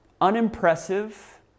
unimpressive